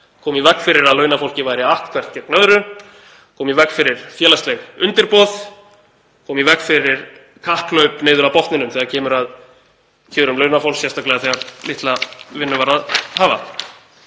koma í veg fyrir að launafólki væri att hvert gegn öðru, koma í veg fyrir félagsleg undirboð, koma í veg fyrir kapphlaup niður að botninum þegar kemur að kjörum launafólks, sérstaklega þegar litla vinnu var að hafa.